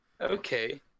Okay